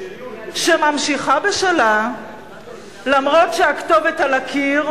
שממשיכה בשלה אף-על-פי שהכתובת על הקיר,